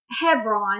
Hebron